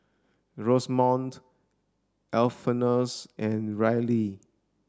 Rosamond Alphonsus and Reilly